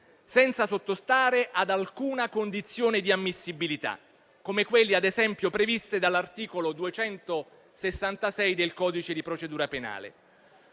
senza sottostare ad alcuna condizione di ammissibilità, come quelle ad esempio previste dall'articolo 266 del codice di procedura penale».